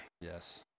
Yes